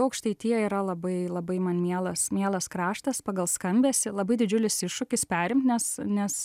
aukštaitija yra labai labai man mielas mielas kraštas pagal skambesį labai didžiulis iššūkis perimt nes nes